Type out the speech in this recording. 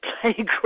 playground